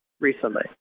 recently